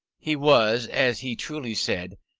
he was, as he truly said,